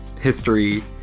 history